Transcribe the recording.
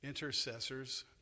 intercessors